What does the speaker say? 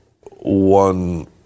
one